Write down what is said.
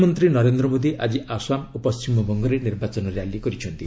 ପ୍ରଧାନମନ୍ତ୍ରୀ ନରେନ୍ଦ୍ର ମୋଦୀ ଆଜି ଆସାମ ଓ ପଶ୍ଚିମବଙ୍ଗରେ ନିର୍ବାଚନ ର୍ୟାଲି କରିଛନ୍ତି